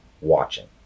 watching